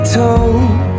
told